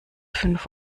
fünf